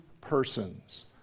persons